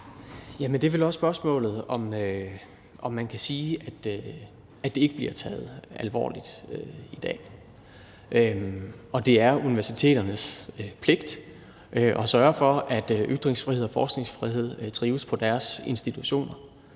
det er vel også spørgsmålet, om man kan sige, at det ikke bliver taget alvorligt i dag. Og det er universiteternes pligt at sørge for, at ytringsfrihed og forskningsfrihed trives på deres institutioner.